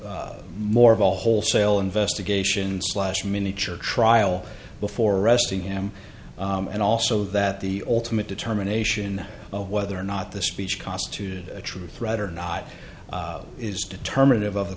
do more of a wholesale investigation slash miniature trial before arresting him and also that the ultimate determination of whether or not the speech constituted a true threat or not is determined of